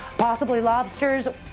probably lobsters.